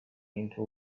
into